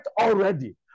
already